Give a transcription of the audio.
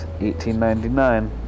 1899